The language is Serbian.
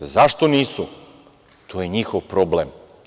Zašto nisu, to je njihov problem.